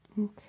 Okay